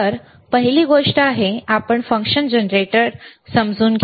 तर पहिली गोष्ट म्हणजे आपण फंक्शन जनरेटर समजून घ्या